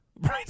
Right